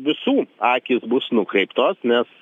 visų akys bus nukreiptos nes